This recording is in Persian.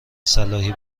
صلاحی